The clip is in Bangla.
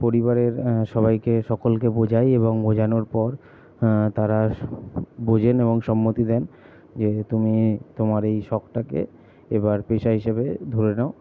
পরিবারের সবাইকে সকলকে বোঝাই এবং বোঝানোর পর তারা বোঝেন এবং সম্মতি দেন যে তুমি তোমার এই শখটাকে এবার পেশা হিসাবে ধরে নাও